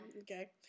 okay